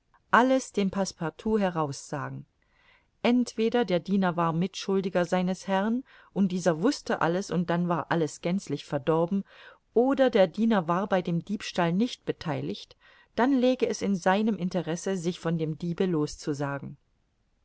alles dem passepartout heraussagen entweder der diener war mitschuldiger seines herrn und dieser wußte alles und dann war alles ganzlich verdorben oder der diener war bei dem diebstahl nicht betheiligt dann läge es in seinem interesse sich von dem diebe loszusagen